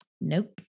Nope